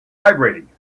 vibrating